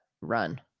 run